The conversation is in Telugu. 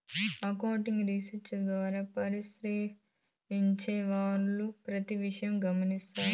అకౌంటింగ్ రీసెర్చ్ ద్వారా పరిశీలించే వాళ్ళు ప్రతి విషయం గమనిత్తారు